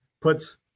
puts